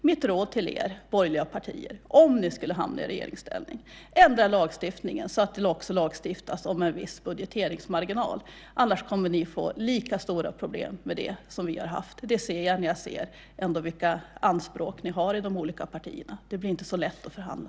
Mitt råd till er i borgerliga partier, om ni skulle hamna i regeringsställning, är att ändra lagstiftningen så att det också lagstiftas om en viss budgeteringsmarginal. Annars kommer ni att få lika stora problem som vi har haft. Det ser jag när jag ser vilka anspråk ni har i de olika partierna. Det blir inte så lätt att förhandla.